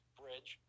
bridge